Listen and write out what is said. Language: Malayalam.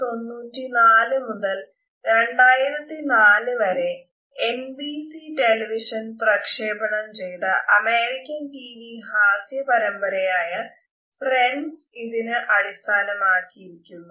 1994 മുതൽ 2004 വരെ എൻ ബി സി ടെലിവിഷനിൽ ഇതിനെ അടിസ്ഥാനമാക്കിയായിരുന്നു